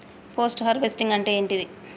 Post harvesting అంటే ఏంటిది?